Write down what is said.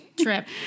trip